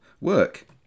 work